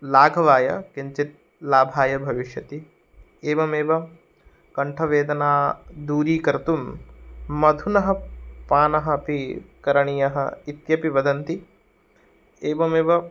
लाघवाय किञ्चित् लाभाय भविष्यति एवमेव कण्ठवेदना दूरीकर्तुं मधुनः पानः अपि करणीयः इत्यपि वदन्ति एवमेव